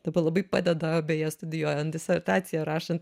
dabar labai padeda beje studijuojant disertaciją rašant